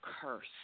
curse